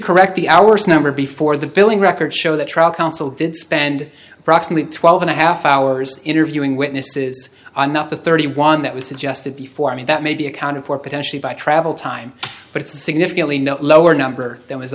correct the hours number before the billing records show the trial counsel did spend approximately twelve and a half hours interviewing witnesses i'm not the thirty one that was suggested before i mean that may be accounted for potentially by travel time but it's a significantly no lower number that was